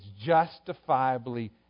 justifiably